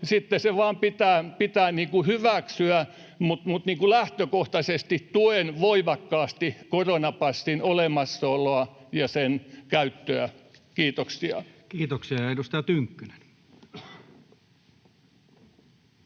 sitten se vain pitää hyväksyä, mutta lähtökohtaisesti tuen voimakkaasti koronapassin olemassaoloa ja sen käyttöä. — Kiitoksia. [Speech 73] Speaker: Toinen